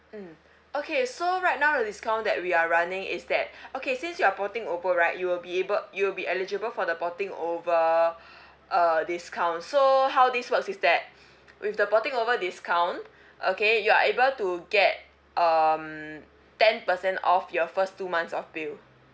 mm okay so right now the discount that we are running is that okay since you're porting over right you'll be able you'll be eligible for the porting over uh discount so how this works is that with the porting over discount okay you are able to get um ten percent off your first two months of bill